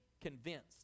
convinced